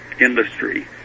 industry